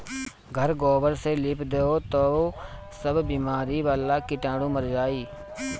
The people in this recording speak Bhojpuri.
घर गोबर से लिप दअ तअ सब बेमारी वाला कीटाणु मर जाइ